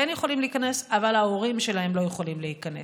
יכולים להיכנס אבל ההורים שלהם לא יכולים להיכנס.